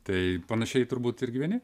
tai panašiai turbūt ir gyveni